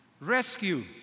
rescue